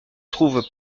trouvent